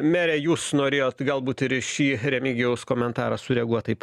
mere jūs norėjot galbūt ir į šį remigijaus komentarą sureaguot taip